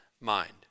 mind